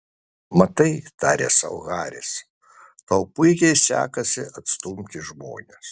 matai tarė sau haris tau puikiai sekasi atstumti žmones